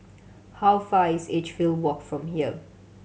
how far is Edgefield Walk from here